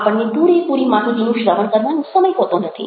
આપણને પૂરેપૂરી માહિતીનું શ્રવણ કરવાનો સમય હોતો નથી